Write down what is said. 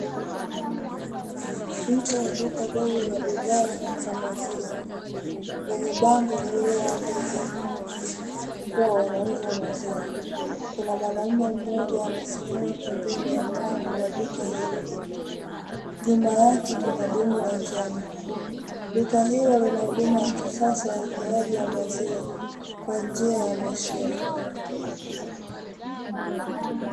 Nje ya duka dogo la bidhaa za maziwa lenye bango lililoandikwa kua wanauza maziwa. Kuna mwanaume mmoja amesimama pembeni ya mlango wa duka hilo, nyuma yake kuna dumu la njano duka hio lina huduma ya kisasa ya utoaji wa maziwa kwa njia ya mashine.